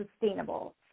sustainable